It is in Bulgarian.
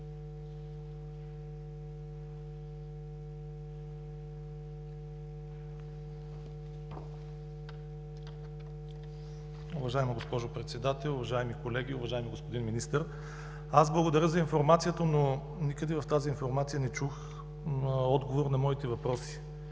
Уважаема госпожо Председател, уважаеми колеги, уважаеми господин Министър! Благодаря за информацията, но никъде в тази информация не чух отговор на моите въпроси.